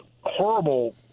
horrible